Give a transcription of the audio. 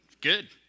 Good